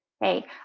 Hey